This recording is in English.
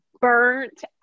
burnt